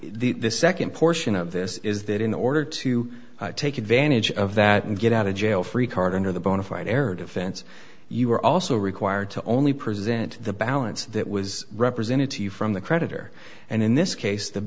if the second portion of this is that in order to take advantage of that and get out of jail free card under the bonafide error defense you were also required to only present the balance that was represented to you from the creditor and in this case the